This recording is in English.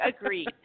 Agreed